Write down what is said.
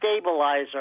stabilizer